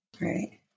Right